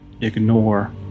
ignore